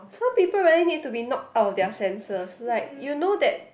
some people really need to be knock out of their sense like you know that